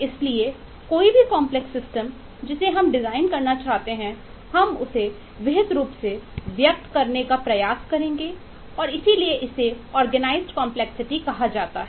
इसलिए कोई भी कॉम्प्लेक्स सिस्टम कहा जाता है